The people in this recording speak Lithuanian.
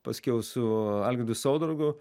paskiau su algirdu saudargu